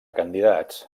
candidats